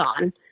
on